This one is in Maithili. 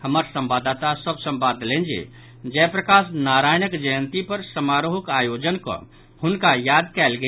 हमर संवाददाता सभ संवाद देलनि जे जय प्रकाशक नारायणक जयंती पर समारोहक आयोजन कऽ हुनका याद कयल गेल